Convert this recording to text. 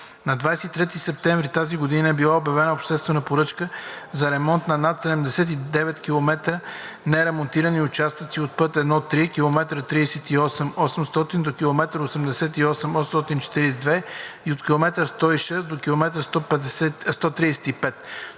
На 23 септември тази година е била обявена обществена поръчка за ремонт на над 79 километра неремонтирани участъци от път I-3, от км 38+800 до км 88+842 и от км 106 до км 135.